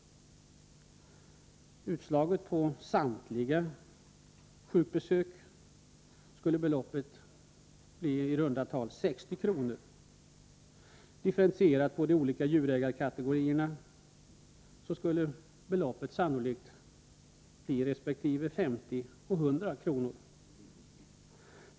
Utslaget på samtliga sjukbesök skulle beloppet bli ca 60 kr. Differentierat på de olika djurägarkategorierna skulle beloppet sannolikt bli 50 resp. 100 kr.